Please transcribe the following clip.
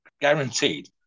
Guaranteed